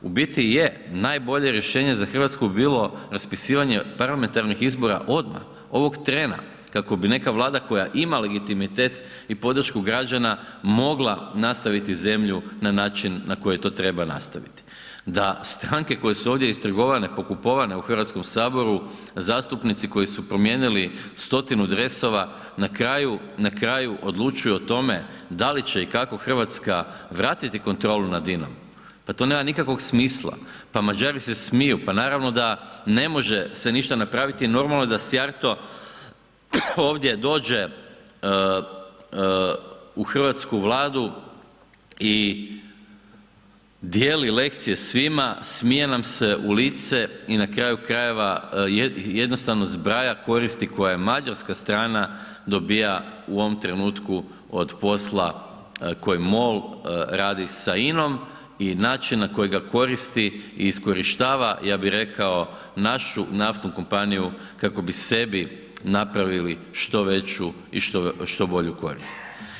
U biti je, najbolje rješenje za RH bi bilo raspisivanje parlamentarnih izbora odmah, ovog trena, kako bi neka Vlada koja ima legitimitet i podršku građana, mogla nastaviti zemlju na način na koji to treba nastaviti, da stranke koje su ovdje istrgovane, pokupovane u HS, zastupnici koji su promijenili stotinu dresova, na kraju, na kraju odlučuju o tome da li će i kako RH vratiti kontrolu nad INA-om, pa to nema nikakvog smisla, pa Mađari se smiju, pa naravno da ne može se ništa napraviti, normalno je da Sijarto ovdje dođe u hrvatsku Vladu i dijeli lekcije svima, smije nam se u lice i na kraju krajeva jednostavno zbraja koristi koje mađarska strana dobija u ovom trenutku od posla koji MOL radi sa INA-om i način na koji ga koristi i iskorištava, ja bi rekao našu naftnu kompaniju, kako bi sebi napravili što veću i što bolju korist.